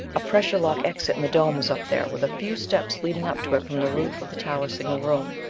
a pressure lock exit in the dome was up there, with a few steps leading up to it from the roof of the tower signal room.